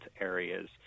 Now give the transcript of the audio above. areas